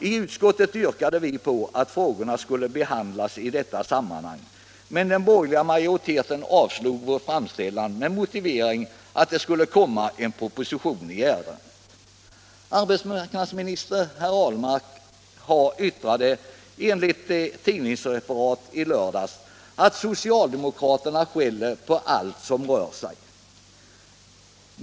I utskottet yrkade vi på att frågorna skulle behandlas i detta sammanhang, men den borgerliga majoriteten avslog vår framställan med motiveringen att det skulle komma en proposition i ärendet. Enligt ett tidningsreferat i lördags har arbetsmarknadsminister Ahlmark sagt att socialdemokraterna skäller på allt som rör sig.